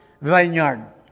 vineyard